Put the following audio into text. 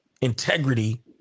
integrity